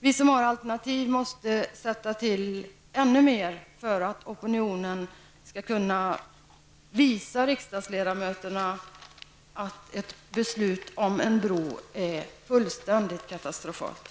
Vi som har alternativ måste jobba ännu mer för att opinionen skall kunna visa riksdagsledamöterna att ett beslut om en bro är fullständigt katastrofalt.